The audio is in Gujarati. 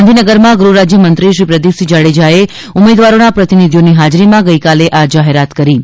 ગાંધીનગરમાં ગૃહરાજ્યમંત્રીએ શ્રી પ્રદીપસિંહ જાડેજાએ ઉમેદવારોના પ્રતિનિધિઓની હાજરીમાં ગઇકાલે આ જાહેરાત કરી છે